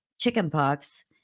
Chickenpox